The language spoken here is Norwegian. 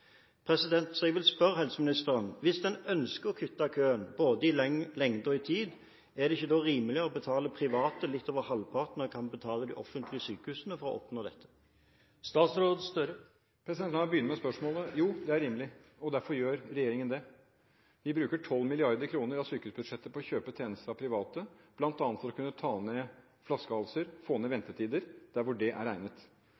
Jeg vil spørre helseministeren: Hvis en ønsker å kutte køen, i både lengde og tid, er det ikke da rimelig å betale private litt over halvparten av hva man betaler de offentlige sykehusene for å oppnå dette? La meg begynne med spørsmålet: Jo, det er rimelig, og derfor gjør regjeringen det. Vi bruker 12 mrd. kr av sykehusbudsjettet på å kjøpe tjenester fra private, bl.a. for å kunne ta ned flaskehalser, få ned